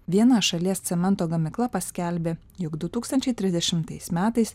viena šalies cemento gamykla paskelbė jog du tūkstančiai trisdešimtais metais